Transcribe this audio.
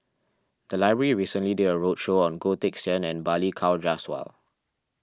the library recently did a roadshow on Goh Teck Sian and Balli Kaur Jaswal